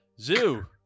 Zoo